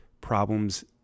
problems